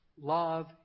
Love